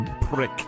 prick